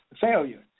failure